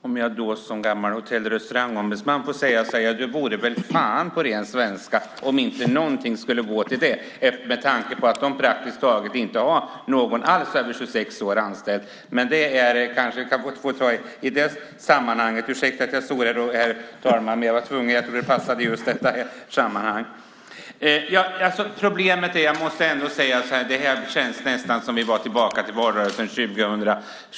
Herr talman! Låt mig som gammal Hotell och Restaurangombudsman få säga: Det vore väl fan, på ren svenska, om inte någonting skulle gå till det med tanke på att McDonalds praktiskt taget inte har någon alls över 26 år anställd! Ursäkta att jag svor, herr talman, men jag var tvungen. Jag tycker att det passade i just detta sammanhang. Det här känns nästan som om vi vore tillbaka i valrörelsen 2006.